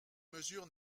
mesure